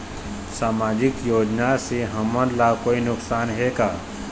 सामाजिक योजना से हमन ला कोई नुकसान हे का?